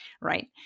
Right